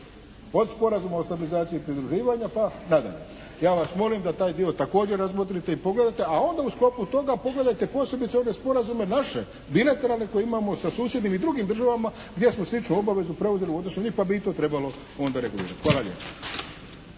od Sporazuma o stabilizaciji i pridruživanju pa nadalje. Ja vas molim da taj dio također razmotrite i pogledate a onda u sklopu toga pogledajte posebice one sporazume naše bilateralne koje imamo sa susjednim i drugim državama gdje smo sličnu obavezu preuzeli u odnosu …/Govornik se ne razumije./… pa bi i to trebalo onda regulirati. Hvala lijepa.